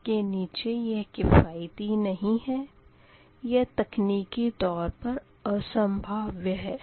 इसके नीचे यह किफ़ायती नही है या तकनीकी तौर पर असंभाव्य है